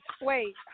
Wait